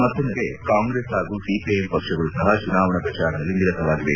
ಮತ್ತೊಂದೆಡೆ ಕಾಂಗ್ರೆಸ್ ಹಾಗೂ ಸಿಪಿಐಎಂ ಪಕ್ಷಗಳು ಸಹ ಚುನಾವಣಾ ಪ್ರಚಾರದಲ್ಲಿ ನಿರತವಾಗಿವೆ